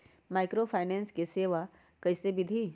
Microfinance के सेवा कइसे विधि?